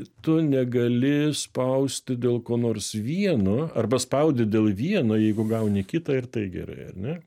tu negali spausti dėl ko nors vieno arba spaudi dėl vieno jeigu gauni kitą ir tai gerai ar ne